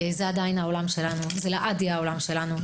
זה עדיין העולם שלנו, וזה לעד יהיה העולם שלנו.